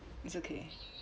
it's okay